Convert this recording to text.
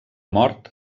mort